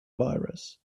virus